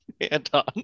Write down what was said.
Anton